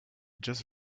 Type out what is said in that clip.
just